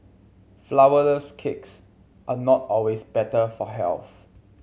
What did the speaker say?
flourless cakes are not always better for health